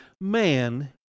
man